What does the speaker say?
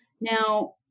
Now